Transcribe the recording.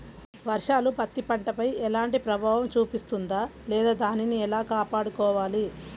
వర్షాలు పత్తి పంటపై ఎలాంటి ప్రభావం చూపిస్తుంద లేదా దానిని ఎలా కాపాడుకోవాలి?